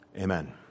Amen